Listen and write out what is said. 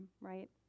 right